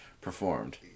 performed